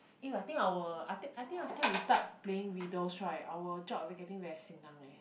eh I think our I I think after we start playing riddles right our job will be getting very senang eh